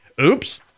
Oops